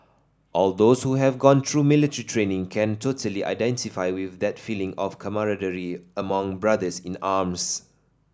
all those who have gone through military training can totally identify with that feeling of camaraderie among brothers in arms